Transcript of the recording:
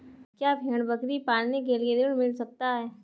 क्या भेड़ बकरी पालने के लिए ऋण मिल सकता है?